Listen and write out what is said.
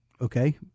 okay